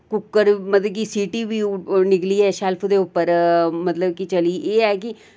cooker मतलब कि सिटी बी ओह् निकलियै शेल्फ दे उप्पर मतलब कि चली एह् ऐ कि